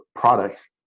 product